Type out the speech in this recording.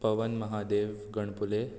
Pawan Mhadev Ganpule